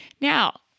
Now